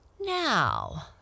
Now